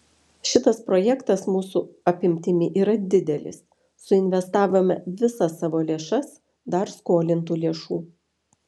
šitas projektas mūsų apimtimi yra didelis suinvestavome visas savo lėšas dar skolintų lėšų